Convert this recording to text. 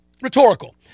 rhetorical